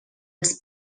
els